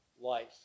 life